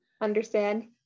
understand